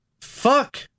fuck